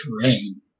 terrain